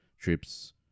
trips